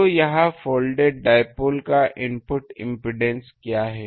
तो यह folded dipole का इनपुट इम्पीडेन्स क्या है